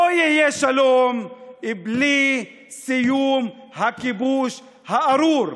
לא יהיה שלום בלי סיום הכיבוש הארור.